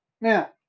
Now